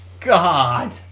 God